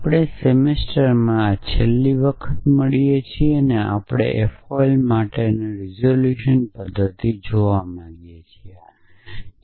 આપણે સેમિસ્ટરમાં છેલ્લી વખત મળીએ છીયે અને આપણે FOL માટેની રિઝોલ્યુશન પદ્ધતિ જોવા માગીએ છીયે